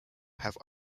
have